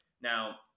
Now